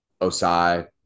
Osai